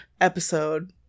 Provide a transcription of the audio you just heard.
episode